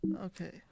Okay